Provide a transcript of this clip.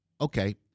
okay